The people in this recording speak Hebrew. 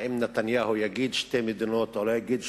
האם נתניהו יגיד "שתי מדינות" או לא יגיד,